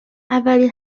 اولین